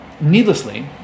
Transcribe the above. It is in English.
needlessly